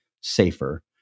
safer